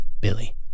Billy